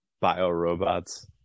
Bio-robots